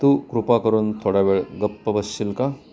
तू कृपा करून थोडा वेळ गप्पा बसशील का